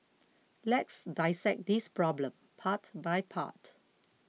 let's dissect this problem part by part